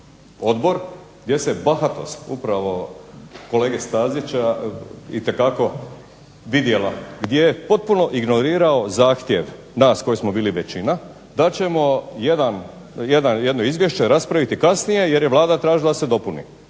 odbor gdje se bahatost upravo kolege Stazića itekako vidjela, gdje je potpuno ignorirao zahtjev nas koji smo bili većina da ćemo jedno izvješće raspraviti kasnije jer je Vlada tražila da se dopuni.